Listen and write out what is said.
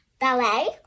ballet